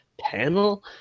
panel